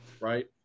Right